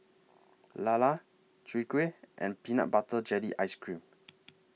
Lala Chwee Kueh and Peanut Butter Jelly Ice Cream